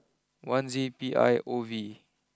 one Z P I O V